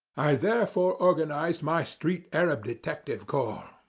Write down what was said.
i therefore organized my street arab detective corps,